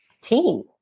team